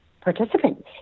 participants